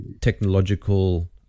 technological